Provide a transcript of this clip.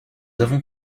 avons